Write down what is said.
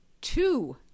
two